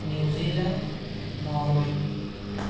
new Zealand Norway